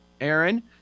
Aaron